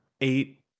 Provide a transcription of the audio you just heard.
Eight